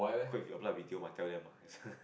quick if your apply B_T_O might tell them lah it's